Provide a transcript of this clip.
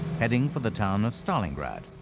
heading for the town of stalingrad.